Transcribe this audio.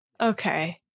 Okay